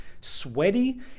sweaty